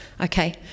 Okay